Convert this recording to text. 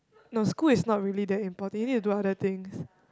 no school is not really that important you need to do other things